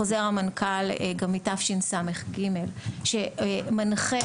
חוזר המנכ"ל מתשס"ג שמנחה,